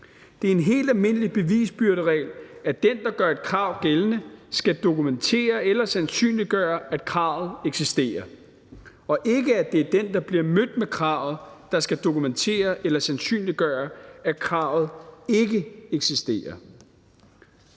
Det er en helt almindelig bevisbyrderegel, at den, der gør et krav gældende, skal dokumentere eller sandsynliggøre, at kravet eksisterer, og ikke at det er den, der bliver mødt med kravet, der skal dokumentere eller sandsynliggøre, at kravet ikke eksisterer.